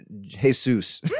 Jesus